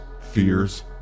fears